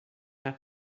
have